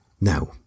now